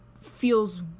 feels